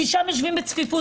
כי שם יושבים בצפיפות.